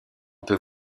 peut